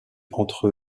entre